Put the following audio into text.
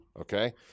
Okay